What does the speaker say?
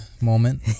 moment